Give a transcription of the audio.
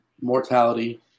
mortality